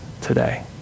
today